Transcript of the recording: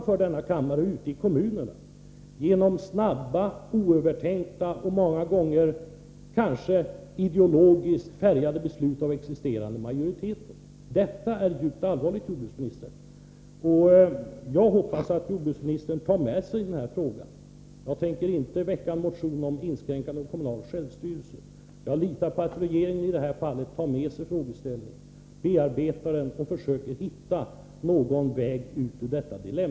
Kommunerna kan göra så genom snabba, oövertänkta och många gånger kanske ideologiskt färgade beslut av existerande majoriteter. Detta är djupt allvarligt, jordbruksministern. Jag hoppas att jordbruksministern tänker på — Nr 120 denna fråga också i fortsättningen. Jag tänker inte väcka en motion om